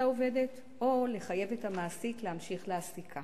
העובדת או לחייב את המעסיק להמשיך להעסיקה.